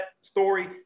story